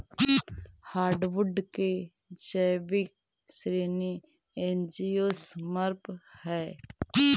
hardwood के जैविक श्रेणी एंजियोस्पर्म हइ